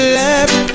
left